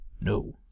No